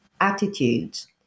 attitudes